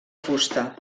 fusta